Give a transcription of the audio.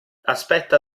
aspetta